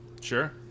Sure